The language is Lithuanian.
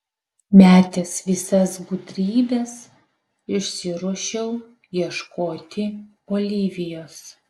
metęs visas gudrybes išsiruošiau ieškoti olivijos